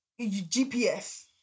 GPS